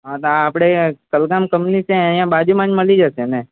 અને આપડે talcum company છે અહિયાં બાજુમાં જ મળી જશેને